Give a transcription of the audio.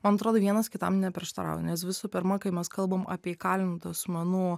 man atrodo vienas kitam neprieštarauja nes visų pirma kai mes kalbam apie įkalintų asmenų